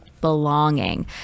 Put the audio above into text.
belonging